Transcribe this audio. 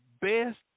best